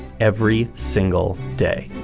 every single day.